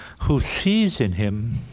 who sees in him